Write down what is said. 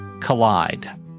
collide